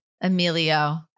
Emilio